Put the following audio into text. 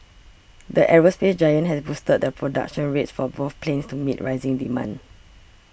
the aerospace giant has boosted the production rates for both planes to meet rising demand